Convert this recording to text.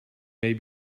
may